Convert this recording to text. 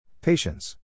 Patience